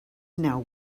now